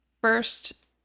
First